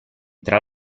tra